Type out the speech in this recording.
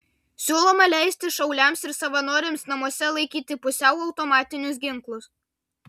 siūloma leisti šauliams ir savanoriams namuose laikyti pusiau automatinius ginklus